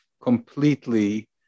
completely